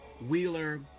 Wheeler